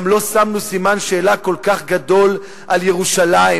לא שמנו סימן שאלה כל כך גדול על ירושלים,